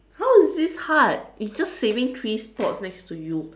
how is this hard it's just saving three spots next to you